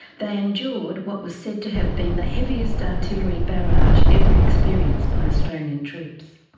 they endured what was said to have been the heaviest artillery barrage ever experienced by australian troops.